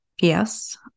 Yes